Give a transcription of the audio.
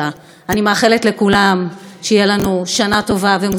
אני מאחלת לכולם שתהיה לנו שנה טובה ומוצלחת.